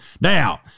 now